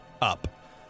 up